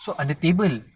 so under table